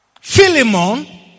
Philemon